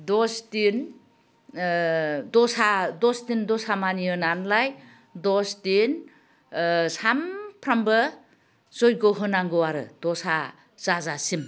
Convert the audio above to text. दस दिन दस दिन दसा मानियो नालाय दस दिन सानफ्रोमबो जयग' होनांगौ आरो दसा जाजासिम